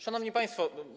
Szanowni Państwo!